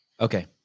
Okay